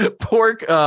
pork